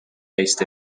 based